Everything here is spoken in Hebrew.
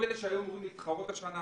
כל אלה שהיו אמורים להתחרות השנה,